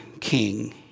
king